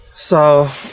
so,